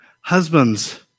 Husbands